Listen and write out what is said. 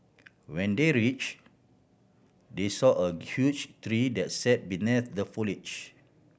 when they reach they saw a huge tree that sat beneath the foliage